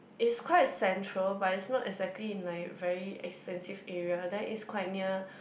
it's quite central but it's not exactly in like very expensive area then is quite near